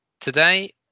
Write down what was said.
Today